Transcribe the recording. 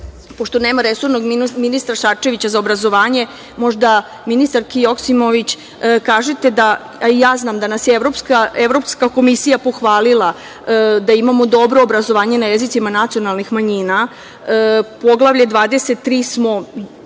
pošto nema resornog ministra Šarčevića za obrazovanje, možda ministarki Joksimović, kažete da, a i ja znam da nas je Evropska komisija pohvalila da imamo dobro obrazovanje na jezicima nacionalnih manjina. Poglavlje 23 smo,